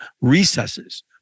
recesses